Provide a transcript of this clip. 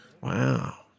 Wow